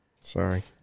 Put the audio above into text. Sorry